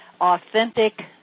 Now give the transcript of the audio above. authentic